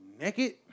naked